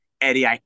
Eddie